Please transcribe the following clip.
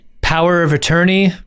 power-of-attorney